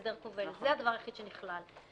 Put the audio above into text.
הסדר כובל אלה הדברים היחידים שנכללים.